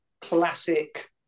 classic